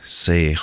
say